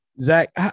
Zach